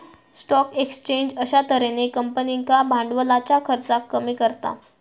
stock exchange अश्या तर्हेन कंपनींका भांडवलाच्या खर्चाक कमी करता